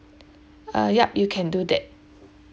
uh yup you can do that